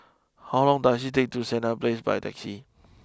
how long does it take to get to Senett place by taxi